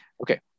Okay